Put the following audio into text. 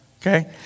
Okay